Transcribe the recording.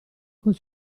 col